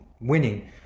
winning